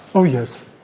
oh yes.